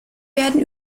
werden